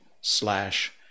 slash